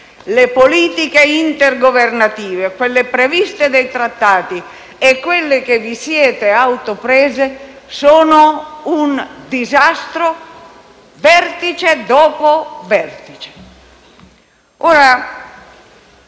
le politiche intergovernative, quelle previste dai trattati e quelle che vi siete autoattribuite, sono un disastro, vertice dopo vertice.